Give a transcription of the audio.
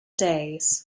days